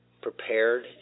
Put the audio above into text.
prepared